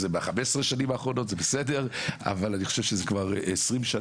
למשרד האוצר אלא איך הוא חוזר לאזרחים לעידוד משהו אחר.